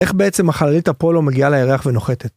איך בעצם החללית אפולו מגיעה לירח ונוחתת?